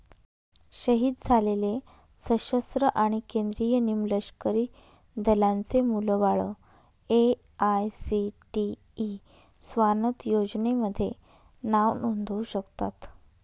शहीद झालेले सशस्त्र आणि केंद्रीय निमलष्करी दलांचे मुलं बाळं ए.आय.सी.टी.ई स्वानथ योजनेमध्ये नाव नोंदवू शकतात